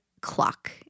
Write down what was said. clock